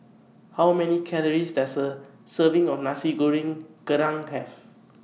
How Many Calories Does A Serving of Nasi Goreng Kerang Have